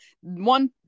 One